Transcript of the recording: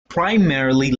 primarily